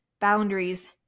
boundaries